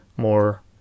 more